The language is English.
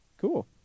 Cool